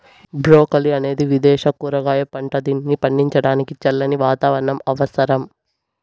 broccoli అనేది విదేశ కూరగాయ పంట, దీనిని పండించడానికి చల్లని వాతావరణం అవసరం